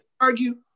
argue